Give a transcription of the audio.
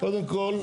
קודם כל,